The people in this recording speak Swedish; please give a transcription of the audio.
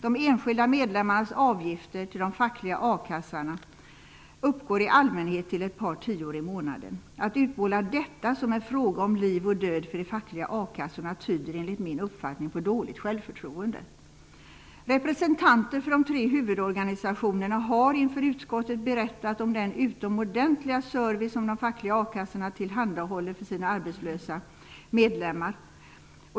De enskilda medlemmarnas avgifter till de fackliga a-kassorna uppgår i allmänhet till ett par tior i månaden. Att utmåla detta som en fråga om liv och död för de fackliga a-kassorna tyder, enligt min uppfattning, på dåligt självförtroende. Representanter för de tre huvudorganisationerna har inför utskottet berättat om den utomordentliga service som de fackliga a-kassorna tillhandahåller för sina arbetslösa medlemmar.